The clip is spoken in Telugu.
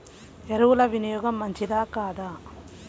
ఎరువుల వినియోగం మంచిదా కాదా?